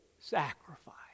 sacrifice